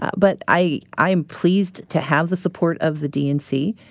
ah but i i am pleased to have the support of the dnc.